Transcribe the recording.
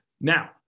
now